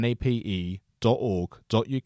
nape.org.uk